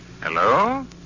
Hello